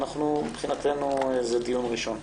מבחינתנו זה דיון ראשון.